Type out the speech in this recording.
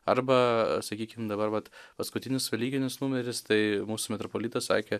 arba sakykim dabar vat paskutinis velykinis numeris tai mūsų metropolitas sakė